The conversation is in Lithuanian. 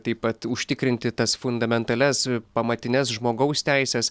taip pat užtikrinti tas fundamentalias pamatines žmogaus teises